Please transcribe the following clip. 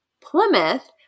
Plymouth